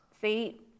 See